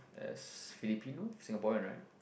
as Filipino Singaporean right